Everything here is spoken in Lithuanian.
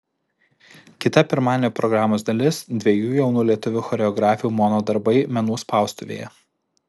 kita pirmadienio programos dalis dviejų jaunų lietuvių choreografių mono darbai menų spaustuvėje